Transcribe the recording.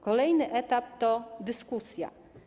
Kolejny etap to dyskusja.